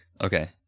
Okay